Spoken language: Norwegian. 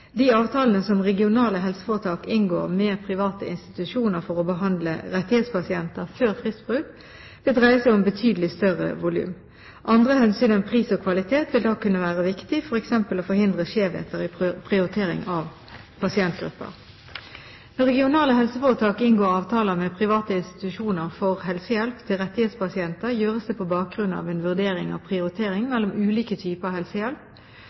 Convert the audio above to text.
De avtalene som regionale helseforetak inngår med private institusjoner for å behandle rettighetspasienter før fristbrudd, vil dreie seg om betydelig større volum. Andre hensyn enn pris og kvalitet vil da kunne være viktig, f.eks. å forhindre skjevheter i prioritering av pasientgrupper. Når regionale helseforetak inngår avtaler med private institusjoner for helsehjelp til rettighetspasienter, gjøres det på bakgrunn av en vurdering av prioritering mellom ulike typer helsehjelp,